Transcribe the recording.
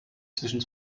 zwischen